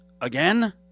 again